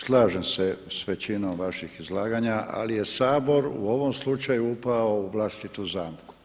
Slažem se s većinom vaših izlaganja ali je Sabor u ovom slučaju upao u vlastitu zamku.